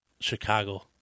Chicago